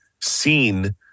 seen